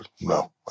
no